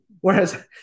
Whereas